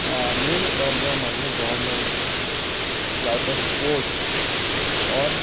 main problem आमगे government जावं ते स्पोर्ट्स ऑर